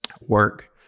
work